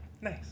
Nice